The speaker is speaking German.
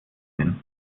bin